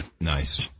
Nice